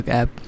app